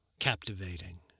captivating